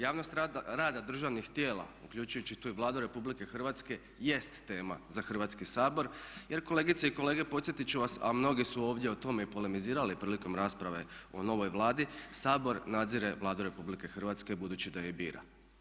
Javnost rada državnih tijela uključujući tu i Vladu RH jest tema za Hrvatski sabor jer kolegice i kolege podsjetit ću vas a mnogi su ovdje o tome polemizirali prilikom rasprave o novoj Vladi Sabor nadzire Vladu Republike Hrvatske budući da je i bira.